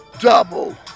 double